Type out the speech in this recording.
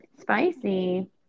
Spicy